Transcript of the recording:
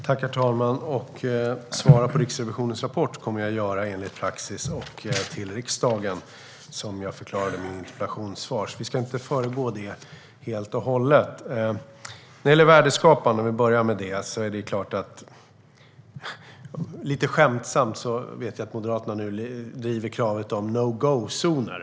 Herr talman! Svara på Riksrevisionens rapport kommer jag att göra enligt praxis och till riksdagen, som jag förklarade i mitt interpellationssvar. Vi ska inte föregå det helt och hållet. För att börja med värdeskapandet: Jag vet att Moderaterna nu driver kravet på no-go-zoner.